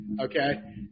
okay